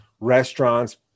restaurants